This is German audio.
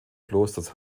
klosters